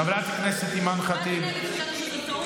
חברת הכנסת אימאן ח'טיב יאסין,